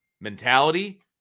mentality